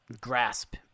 grasp